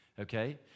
Okay